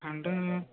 అంటే